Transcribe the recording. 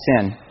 sin